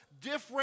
different